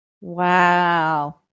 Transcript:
Wow